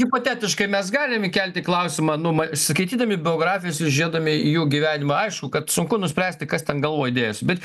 hipotetiškai mes galim įkelti klausimą numa skaitydami biografijas ir žiūrėdami į jų gyvenimą aišku kad sunku nuspręsti kas ten galvoj dėjosi bet